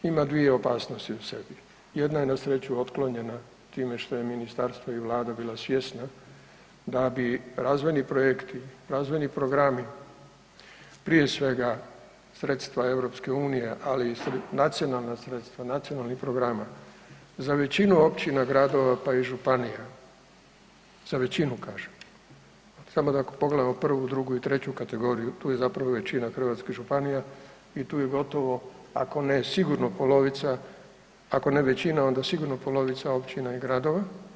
To ima dvije opasnosti u sebi, jedna je na sreću otklonjena time što je ministarstvo i Vlada bila svjesna da bi razvojni projekti, razvojni programi prije svega sredstva EU, ali i nacionalna sredstva nacionalnih programa za većinu općina, gradova pa i županija za većinu kažem, samo ako pogledamo prvu, drugi i treću kategoriju tu je zapravo većina hrvatskih županija i tu je gotovo ako ne sigurno polovica, ako ne većina onda sigurno polovica općina i gradova.